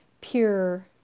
pure